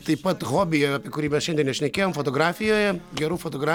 taip pat hobyje apie kurį mes šiandien nešnekėjom fotografijoje gerų fotogra